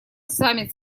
саммит